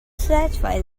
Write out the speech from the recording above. satisfy